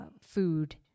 food